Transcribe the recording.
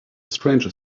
stranger